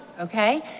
Okay